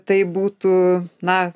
tai būtų na